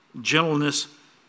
gentleness